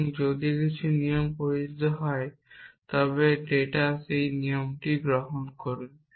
এবং যদি কিছু নিয়ম প্রযোজ্য হয় তবে ডেটা সেই নিয়মটি গ্রহণ করুন